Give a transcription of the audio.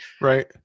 Right